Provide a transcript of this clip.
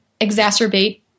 exacerbate